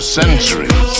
centuries